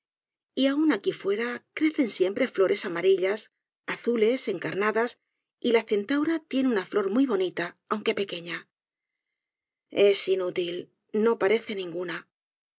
encontrarlas aun aqui fuera crecen siempre flores amarillas azules encarnadas y la centaura tiene una flor muy bonita aunque pequeña es inútil no parece ninguna